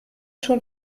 schon